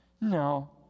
No